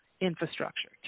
infrastructure